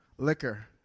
Liquor